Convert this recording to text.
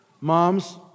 Moms